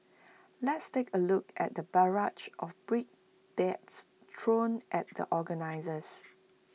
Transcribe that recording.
let's take A look at the barrage of brickbats thrown at the organisers